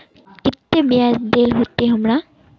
केते बियाज देल होते हमरा?